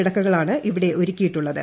കിടക്കകളണ് ഇവിടെയൊരുക്കിയിട്ടുള്ളത്